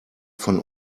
von